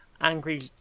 angry